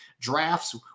drafts